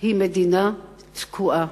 היא מדינה תקועה.